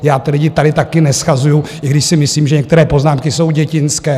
Já ty lidi tady také neshazuju, i když si myslím, že některé poznámky jsou dětinské.